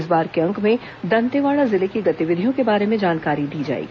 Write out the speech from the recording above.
इस बार के अंक में दंतेवाड़ा जिले की गतिविधियों के बारे में जानकारी दी जाएगी